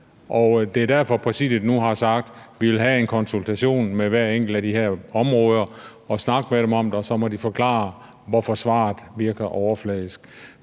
Det er derfor, præsidiet nu har sagt: Vi vil have en konsultation med hver enkelt af de her områder og snakke med dem om det, og så må de forklare, hvorfor svaret virker overfladisk.